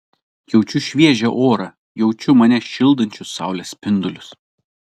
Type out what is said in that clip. jaučiu šviežią orą jaučiu mane šildančius saulės spindulius